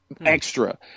extra